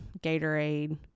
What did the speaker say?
Gatorade